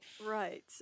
right